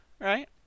Right